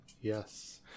Yes